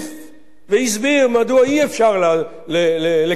והסביר מדוע אי-אפשר לקבל את זאת.